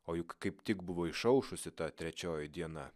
o juk kaip tik buvo išaušusi ta trečioji diena